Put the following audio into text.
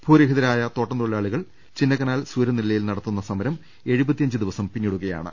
ഭൂരഹിതരായ തോട്ടം തൊഴിലാളികൾ ചിന്നക്കനാൽ സൂര്യനെല്ലിയിൽ നടത്തുന്ന സമരം എഴുപത്തിയഞ്ച് ദിവസം പിന്നിടുകയാണ്